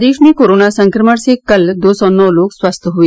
प्रदेश में कोरोना संक्रमण से कल दो सौ नौ लोग स्वस्थ हुए